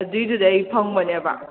ꯑꯗꯨꯏꯗꯨꯗ ꯑꯩ ꯐꯪꯕꯅꯦꯕ